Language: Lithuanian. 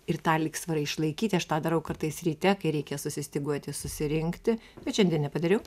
ir tą lygsvarą išlaikyti aš tą darau kartais ryte kai reikia susistyguoti susirinkti bet šiandien nepadariau